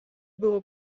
było